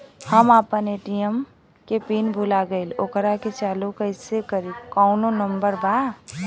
हम अपना ए.टी.एम के पिन भूला गईली ओकरा के चालू कइसे करी कौनो नंबर बा?